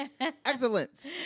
Excellence